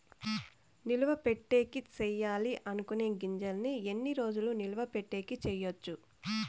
నిలువ పెట్టేకి సేయాలి అనుకునే గింజల్ని ఎన్ని రోజులు నిలువ పెట్టేకి చేయొచ్చు